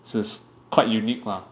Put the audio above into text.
so is quite unique lah